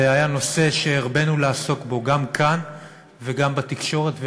זה היה נושא שהרבינו לעסוק בו גם כאן וגם בתקשורת,